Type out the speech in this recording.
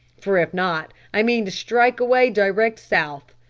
for if not, i mean to strike away direct south.